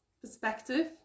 perspective